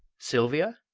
silvia?